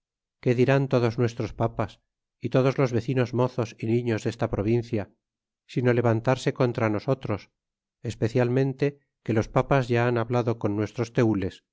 que dirán todos nuestros papas y todos los vecinos mozos y niños desta provincia sino levantarse contra nosotros especialmente que los papas han ya hablado con nuestros tenles